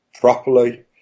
properly –